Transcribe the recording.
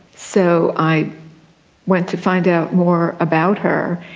so i went to find out more about her,